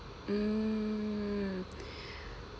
um